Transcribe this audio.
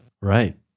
Right